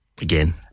again